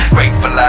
Grateful